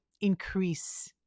increase